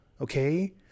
okay